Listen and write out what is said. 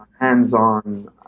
hands-on